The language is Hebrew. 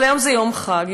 אבל היום זה יום חג,